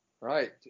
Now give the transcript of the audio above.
Right